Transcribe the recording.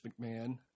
McMahon